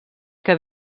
que